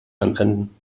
anwenden